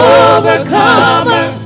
overcomer